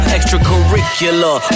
Extracurricular